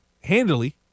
handily